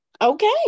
okay